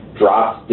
dropped